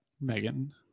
Megan